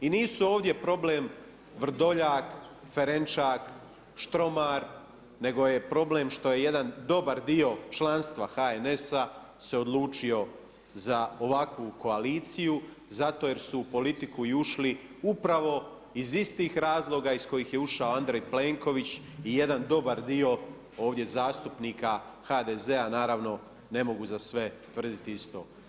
I nisu ovdje problem, Vrdoljak, Ferenčak, Štromar, nego je problem što je jedan dobar dio članstva HNS-a, se odlučio za ovakvu koaliciju, zato jer su u politiku i ušli upravo iz istih razloga iz kojih je ušao Andrej Plenković i jedan dobar dio ovdje zastupnika HDZ-a, naravno ne mogu za sve tvrditi isto.